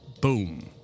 Boom